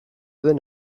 den